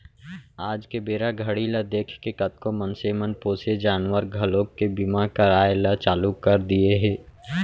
आज के बेरा घड़ी ल देखके कतको मनसे मन पोसे जानवर घलोक के बीमा कराय ल चालू कर दिये हें